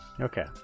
Okay